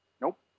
Nope